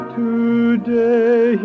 today